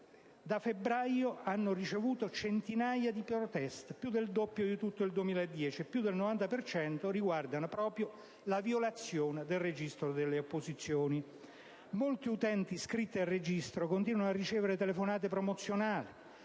da febbraio, sono state ricevute centinaia di proteste, più del doppio di tutto il 2010, e più del 90 per cento di tali proteste riguarda proprio la violazione del registro delle opposizioni. Molti utenti iscritti al registro continuano a ricevere telefonate promozionali.